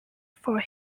for